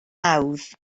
hawdd